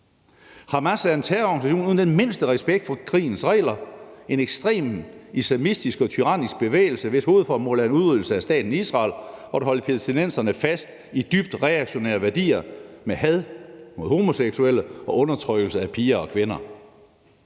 Hamas er en terrororganisation uden den mindste respekt for krigens regler, en ekstrem islamistisk og tyrannisk bevægelse, hvis hovedformål er en udryddelse af staten Israel og at holde palæstinenserne fast i dybt reaktionære værdier med had mod homoseksuelle og undertrykkelse af piger og kvinder.